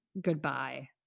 goodbye